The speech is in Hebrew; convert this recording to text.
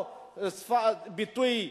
או שפת ביטוי,